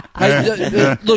Look